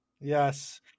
yes